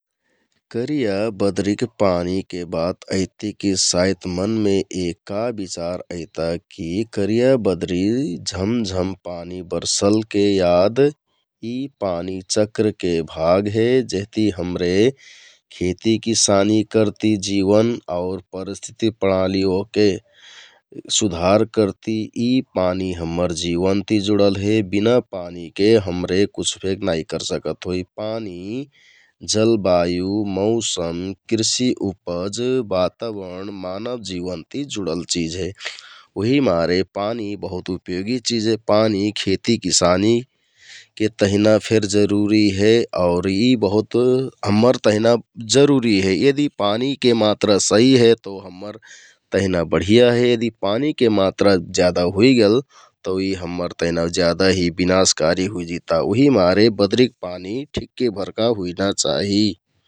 करिया बदरिक पानीके बात ऐति की साइत मनमें एक का विचार ऐता की करिया बदरि झमझम पानी बर्सलके याद, यि पानीके चक्रके भाग हे जेहति हमरे खेती कीसानी करती, जीवन आउर परिस्थिति प्रणाली ओहके सुधार करति, इ पानी हम्मर जीवन ति जुडल हे । बिना पानीके हमरे कुछ फेक नाइ कर सकत होइ । पानी जलबायु, मौसम, कृषि उपज, बाताबरण, मानब जीबन ति जुडल चिझ हे उहिमारे पानी बहुत उपयोगि चिझ हे । पानी खेती कीसानी के तहना फेर बहुत जरुरि हे और ई बहुत हम्मर तेहना जरुरि हे । यदि पानीके मात्रा सहि हे तो हम्मर तेहना बढिया हे यदि के मात्रा ज्यादा हुइगेल तौ ई हम्मर तेहना ज्यादा हि बिनाशकारी हुइजिता उहिमारे बदरिक पानी ठिक्के भरका हुइना चाहि ।